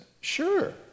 sure